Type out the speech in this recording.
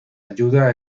ayuda